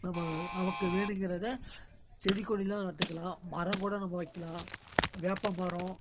நம்ம நமக்கு வேணுங்கிறத செடிக்கொடில்லாம் வளர்த்துக்கலாம் மரம்கூட நம்ம வைக்கலாம் வேப்பமரம்